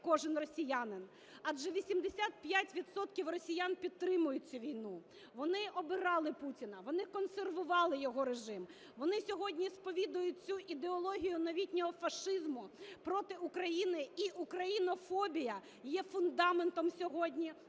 кожен росіянин, адже 85 відсотків росіян підтримують цю війну. Вони обирали Путіна, вони консерували його режим, вони сьогодні сповідують цю ідеологію новітнього фашизму проти України, і українофобія є фундаментом сьогодні